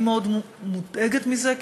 אני מאוד מודאגת מזה.